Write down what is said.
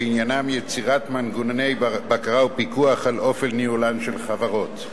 שעניינם יצירת מנגנוני בקרה ופיקוח על אופן ניהולן של חברות.